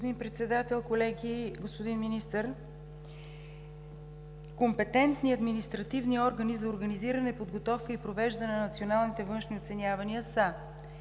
Господин Председател, колеги! Господин Министър, компетентни административни органи за организиране, подготовка и провеждане на националните външни оценявания са